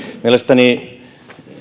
mielestäni